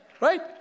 right